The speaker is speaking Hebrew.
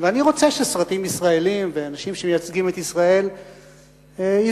ואני רוצה שסרטים ישראליים ואנשים שמייצגים את ישראל יזכו,